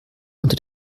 unter